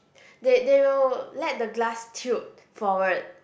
they they will let the glass tilt forward